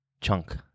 Chunk